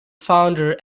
founder